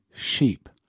sheep